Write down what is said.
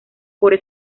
por